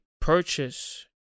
purchase